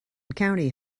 county